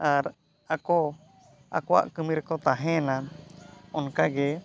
ᱟᱨ ᱟᱠᱚ ᱟᱠᱚᱣᱟᱜ ᱠᱟᱹᱢᱤᱨᱮᱠᱚ ᱛᱟᱦᱮᱭᱮᱱᱟ ᱚᱱᱠᱟᱜᱮ